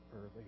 early